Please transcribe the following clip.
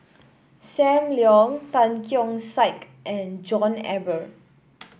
Sam Leong Tan Keong Saik and John Eber